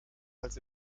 als